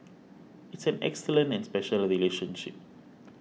it's an excellent and special relationship